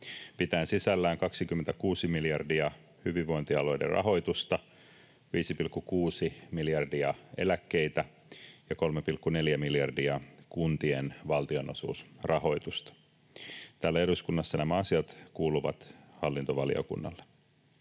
pitäen sisällään 26 miljardia hyvinvointialueiden rahoitusta, 5,6 miljardia eläkkeitä ja 3,4 miljardia kuntien valtionosuusrahoitusta. Täällä eduskunnassa nämä asiat kuuluvat hallintovaliokunnalle.